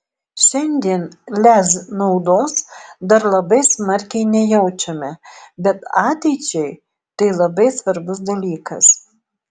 šiandien lez naudos dar labai smarkiai nejaučiame bet ateičiai tai labai svarbus dalykas